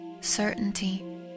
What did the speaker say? certainty